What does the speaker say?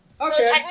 Okay